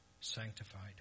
sanctified